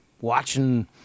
watching